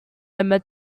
them